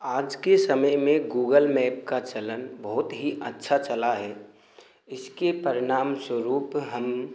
आज के समय में गूगल मेप का चलन बहुत ही अच्छा चला है इसके परिणामस्वरूप हम